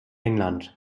england